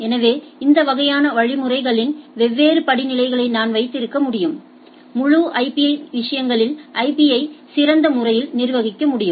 எனவே இந்த வகையான வழிமுறைகளின் வெவ்வேறு படிநிலைகளை நான் வைத்திருக்க முடியும் முழு ஐபி விஷயங்களிலும் ஐபி ஐ சிறந்த முறையில் நிர்வகிக்க முடியும்